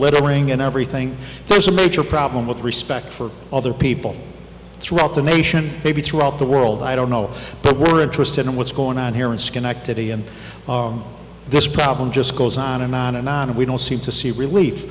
lettering and everything there's a major problem with respect for other people throughout the nation maybe throughout the world i don't know but we're interested in what's going on here in schenectady and this problem just goes on and on and on and we don't seem to see relief